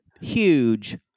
huge